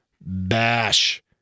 bash